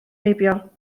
heibio